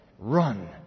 Run